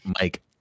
Mike